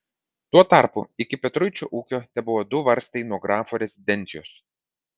tuo tarpu iki petruičio ūkio tebuvo du varstai nuo grafo rezidencijos